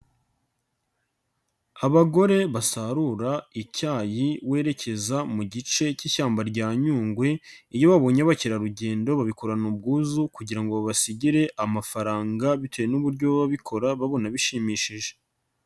Abagore basarura icyayi werekeza mu gice k'ishyamba rya Nyungwe, iyo babonye abakerarugendo babikorana ubwuzu kugira ngo babasigire amafaranga, bitewe n'uburyo baba babikora babona bishimishije.